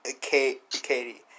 Katie